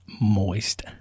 moist